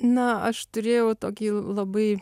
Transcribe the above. na aš turėjau tokį labai